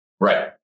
Right